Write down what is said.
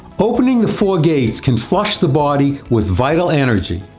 opening the four gates can flush the body with vital energy.